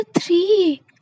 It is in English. three